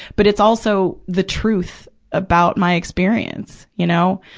but it's also the truth about my experience, you know?